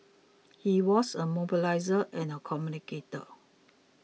he was a mobiliser and a communicator